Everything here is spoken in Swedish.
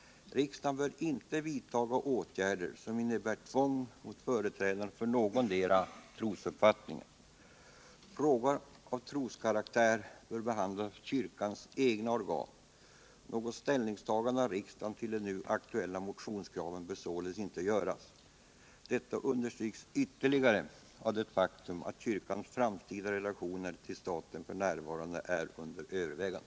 Riksdagen bör inte vidta åtgärder som innebär tvång mot töreträdarna för någondera trosuppfattningen. Frågor av troskaraktär bör behandlas av kyrkans egna organ. Något ställningstagande av riksdagen till de nu aktuella motionskraven bör således inte göras. Detta understryks ytterligare av det faktum att kyrkans framtida relationer till staten f. n. är under övervägande.”